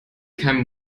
kein